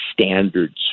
standards